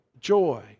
joy